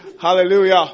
hallelujah